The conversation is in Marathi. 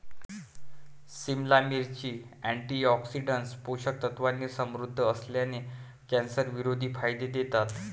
सिमला मिरची, अँटीऑक्सिडंट्स, पोषक तत्वांनी समृद्ध असल्याने, कॅन्सरविरोधी फायदे देतात